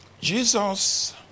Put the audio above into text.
Jesus